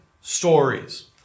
stories